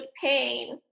pain